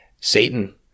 Satan